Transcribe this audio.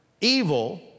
evil